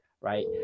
right